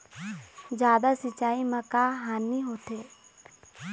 जादा सिचाई म का हानी होथे?